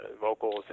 vocals